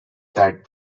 that